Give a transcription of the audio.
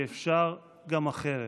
שאפשר גם אחרת.